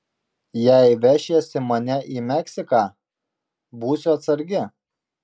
jei vešiesi mane į meksiką būsiu atsargi